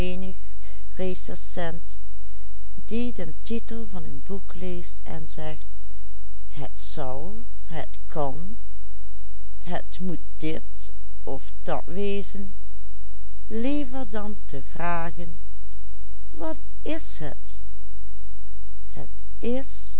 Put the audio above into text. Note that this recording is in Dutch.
den titel van een boek leest en zegt het zal het kan het moet dit of dat wezen liever dan te vragen wat is het het is